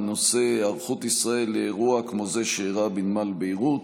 בנושא: היערכות ישראל לאירוע כמו זה שאירע בנמל ביירות.